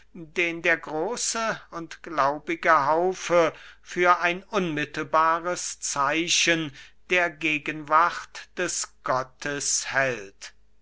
den der große und glaubige haufe für ein unmittelbares zeichen der gegenwart des gottes hält